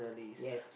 yes